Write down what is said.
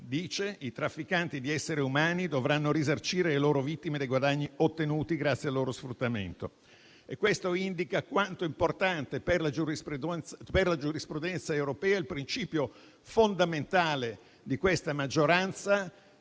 che i trafficanti di esseri umani dovranno risarcire le loro vittime dei guadagni ottenuti grazie al loro sfruttamento. Questo indica quanto importante sia per la giurisprudenza europea il principio fondamentale di questa maggioranza